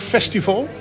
Festival